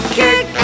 kick